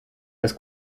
das